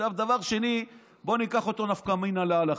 דבר שני, בוא ניקח את אותו נפקא מינא להלכה.